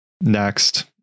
Next